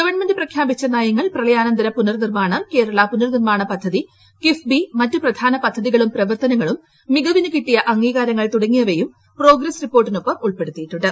government പ്രഖ്യാപിച്ച നയങ്ങൾ പ്രളയാനന്തര പുനർനിർമാണം കേരള പുനർനിർമാണ പദ്ധതി കിഫ്ബി മറ്റു പ്രധാന പദ്ധതികളും പ്രവർത്തനങ്ങളും മികവിനു കിട്ടിയ അംഗീകാരങ്ങൾ തുടങ്ങിയവയും പ്രോഗ്രസ് റിപ്പോർട്ടിനൊപ്പം ഉൾപ്പെടുത്തിയിട്ടുണ്ട്